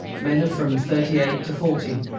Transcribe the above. men of from thirty-eight to forty,